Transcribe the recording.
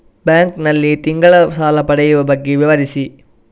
Bank ನಲ್ಲಿ ತಿಂಗಳ ಸಾಲ ಪಡೆಯುವ ಬಗ್ಗೆ ವಿವರಿಸಿ?